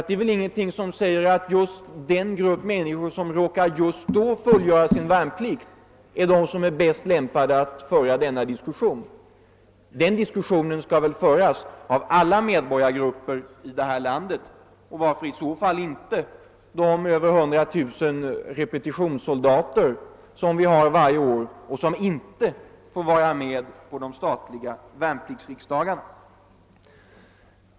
Det är ingenting som säger att den grupp människor som just då råkar fullgöra sin värnplikt är bäst lämpad att föra den diskussionen. Den debatten skall väl föras av alla medborgargrupper här i landet. Varför inte i så fall inbegripa de över 100 000 repetitionssoldater som ligger inne varje år och som inte får vara med på de Statliga värnpliktsriksdagarna?